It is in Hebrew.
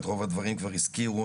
את רוב הדברים כבר הזכירו.